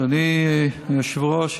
אדוני היושב-ראש,